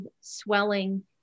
swelling